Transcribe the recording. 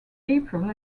april